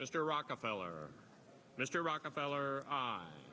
mr rockefeller mr rockefeller